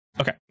Okay